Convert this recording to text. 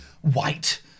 white